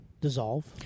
dissolve